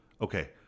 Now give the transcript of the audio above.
Okay